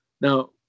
Now